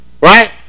right